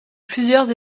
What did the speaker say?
plusieurs